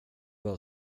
har